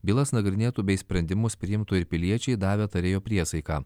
bylas nagrinėtų bei sprendimus priimtų ir piliečiai davę tarėjo priesaiką